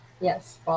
Yes